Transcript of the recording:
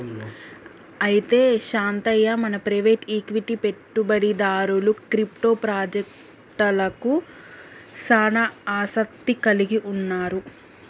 అయితే శాంతయ్య మన private equity పెట్టుబడిదారులు క్రిప్టో పాజెక్టలకు సానా ఆసత్తి కలిగి ఉన్నారు